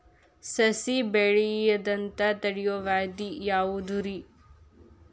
ಸಸಿ ಬೆಳೆಯದಂತ ತಡಿಯೋ ವ್ಯಾಧಿ ಯಾವುದು ರಿ?